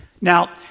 Now